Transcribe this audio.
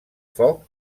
foc